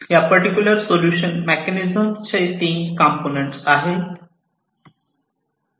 या particular solution mechanism चे तीन कंपोनेंट आहे